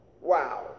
Wow